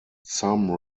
some